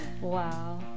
Wow